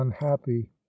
unhappy